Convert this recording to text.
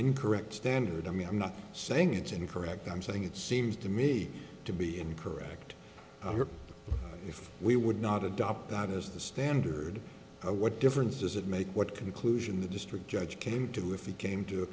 incorrect standard i mean i'm not saying it's incorrect i'm saying it seems to me to be incorrect if we would not adopt that as the standard what difference does it make what conclusion the district judge came to if he came to a